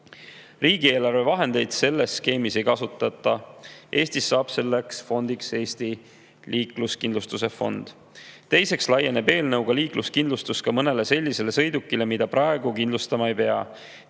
Riigieelarve vahendeid selles skeemis ei kasutata. Eestis saab selleks fondiks Eesti Liikluskindlustuse Fond. Teiseks laieneb eelnõuga liikluskindlustus ka mõnele sellisele sõidukile, mida praegu kindlustama ei pea.